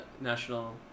national